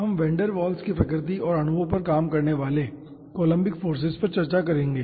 हम van der Waals की प्रकृति और अणुओं पर काम करने वाले कोलम्बिक फोर्सेज पर चर्चा करेंगे